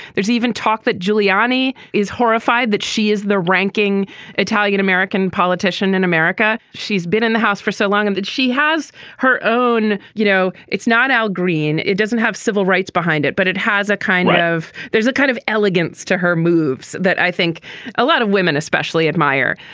there's even talk that giuliani is horrified that she is the ranking italian-american politician in america. she's been in the house for so long and that she has her own. you know, it's not al green. it doesn't have civil rights behind it. but it has a kind of there's a kind of elegance to her moves that i think a lot of women especially admire.